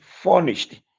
furnished